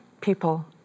people